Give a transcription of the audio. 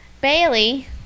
Bailey